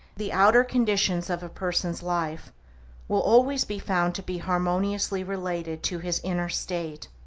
the outer conditions of a person's life will always be found to be harmoniously related to his inner state.